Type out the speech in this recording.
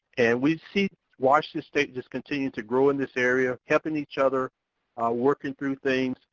and we see washington state just continue to grow in this area. helping each other working through things.